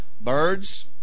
birds